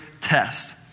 test